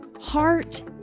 heart